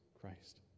Christ